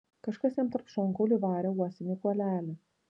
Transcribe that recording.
kažkas jam tarp šonkaulių įvarė uosinį kuolelį